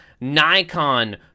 Nikon